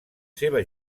seva